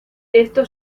esto